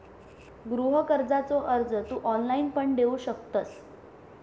गृह कर्जाचो अर्ज तू ऑनलाईण पण देऊ शकतंस